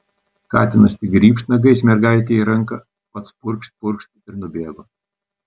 katinas tik grybšt nagais mergaitei į ranką pats purkšt purkšt ir nubėgo